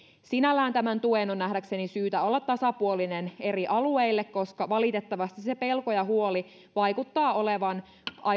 sinällään tämän tuen on nähdäkseni syytä olla tasapuolinen eri alueille koska valitettavasti se pelko ja huoli vaikuttaa olevan